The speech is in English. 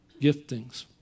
giftings